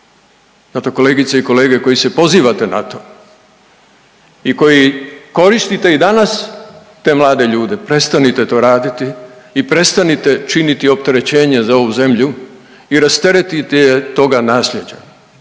Zato kolegice i kolege koji se pozivate na to i koji koristite i danas te mlade ljude prestanite to raditi i prestanite činiti opterećenje za ovu zemlju i rasteretite je toga nasljeđa